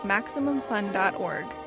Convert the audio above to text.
MaximumFun.org